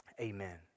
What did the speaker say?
amen